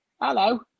Hello